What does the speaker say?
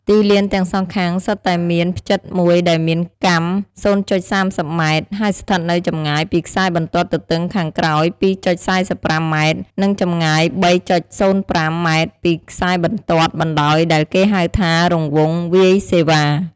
ទីលានទាំងសងខាងសុទ្ធតែមានផ្ចិតមួយដែលមានកាំ០.៣០ម៉ែត្រ ហើយស្ថិតនៅចម្ងាយពីខ្សែបន្ទាត់ទទឹងខាងក្រោយ២.៤៥ម៉ែត្រនិង ចម្ងាយ៣.០៥ម៉ែត្រពីខ្សែបន្ទាត់បណ្ដោយដែលគេហៅថា រង្វង់វាយសេវា ។